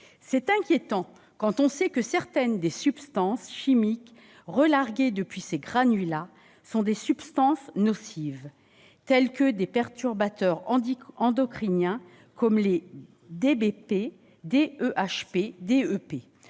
C'est inquiétant quand on sait que certaines des substances chimiques relarguées depuis ces granulats sont des substances nocives, telles que des perturbateurs endocriniens comme le DBP, le DEHP